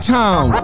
town